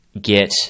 get